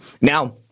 Now